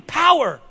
power